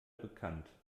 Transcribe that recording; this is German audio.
bekannt